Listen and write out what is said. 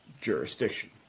jurisdiction